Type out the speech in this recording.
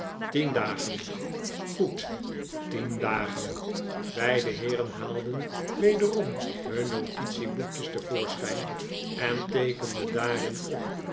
tien dagen goed tien dagen beide heeren haalden wederom hun notitieboekjes te voorschijn en teekenden daarin op